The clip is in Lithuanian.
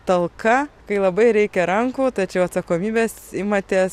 talka kai labai reikia rankų tačiau atsakomybės imatės